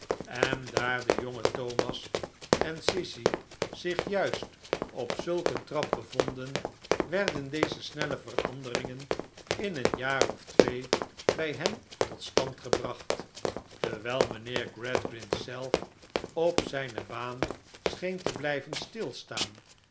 en daar de jonge thomas en sissy zich juist op zulk een trap bevonden werden deze snelle veranderingen in een jaar of twee bij hen tot stand gebracht terwijl mijnheer gradgrind zelf op zijne baan scheen te blijven stilstaan